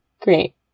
Great